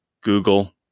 Google